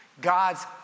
God's